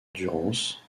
durance